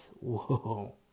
Whoa